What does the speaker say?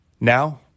Now